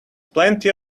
plenty